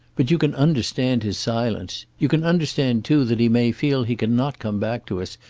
but you can understand his silence. you can understand, too, that he may feel he cannot come back to us,